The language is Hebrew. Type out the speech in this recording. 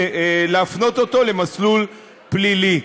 להפנות אותו למסלול פלילי.